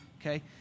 okay